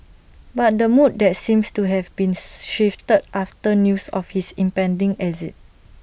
but that mood that seems to have been shifted after news of his impending exit